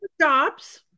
jobs